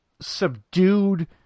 Subdued